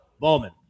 Bowman